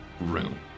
room